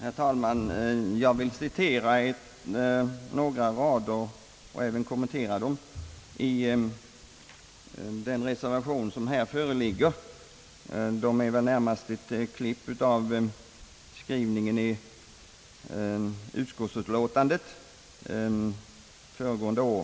Herr talman! Jag vill ur den reservation som föreligger citera några rader och även kommentera dem — de är väl närmast ett klipp ur skrivningen i jordbruksutskottets utlåtande från föregående år.